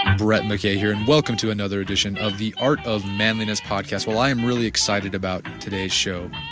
ah brett mckay here and welcome to another edition of the art of manliness podcast. well i'm really excited about today's show.